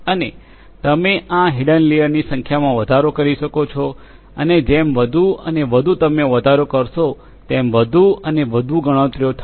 અને તમે આ હિડન લેયરની સંખ્યામાં વધારો કરી શકો છો અને જેમ વધુ અને વધુ તમે વધારો કરશો તેમ વધુ અને વધુ ગણતરીઓ થશે